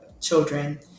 children